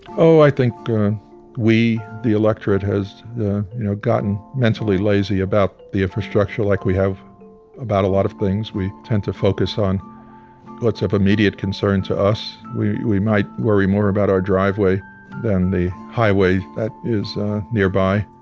oh, i think we, the electorate, has you know gotten mentally lazy about the infrastructure like we have about a lot of things. we tend to focus on what's of immediate concern to us. we we might worry more about our driveway than the highway that is nearby.